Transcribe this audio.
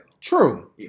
True